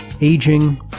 aging